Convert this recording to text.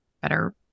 better